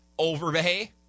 Overbay